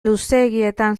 luzeegietan